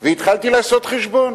והתחלתי לעשות חשבון: